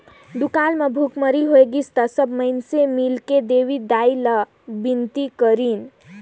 दुकाल म भुखमरी होगिस त सब माइनसे मिलके देवी दाई ला बिनती करिन